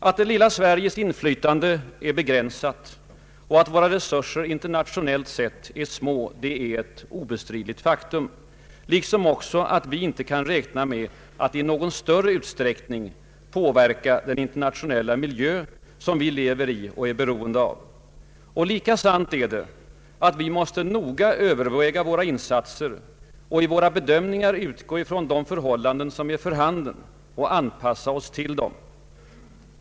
Att det lilla Sveriges inflytande är begränsat och att våra resurser internationellt sett är små, är ett obestridligt faktum, liksom också att vi inte kan räkna med att ”i någon större utsträckning” påverka den internationella miljö som vi lever i och är beroende av. Lika sant är det att vi måste noga överväga våra insatser och i våra bedömningar utgå från de förhållanden som är för handen och anpassa oss till dem.